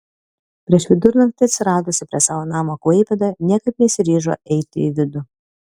prieš vidurnakti atsiradusi prie savo namo klaipėdoje niekaip nesiryžo eiti į vidų